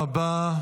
תודה רבה.